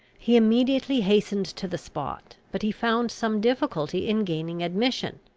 he immediately hastened to the spot but he found some difficulty in gaining admission.